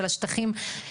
של השטחים,